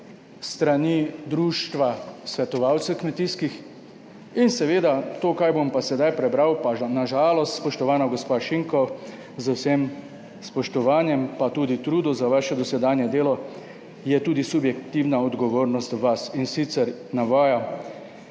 društva svetovalcev kmetijskih in seveda to, kar bom pa sedaj prebral, pa na žalost, spoštovana gospa Šinko, z vsem spoštovanjem, pa tudi trudom za vaše dosedanje delo, je tudi subjektivna odgovornost do vas. In sicer navaja,